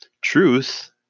Truth